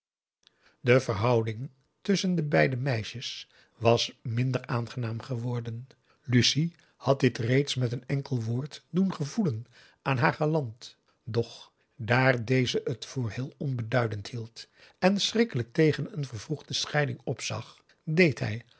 de verhouding tusschen de beide meisjes was minder aangenaam geworden lucie had dit reeds met een enkel woord doen gevoelen aan haar galant doch daar deze het voor heel onbeduidend hield en schrikkelijk tegen een vervroegde scheiding opzag deed hij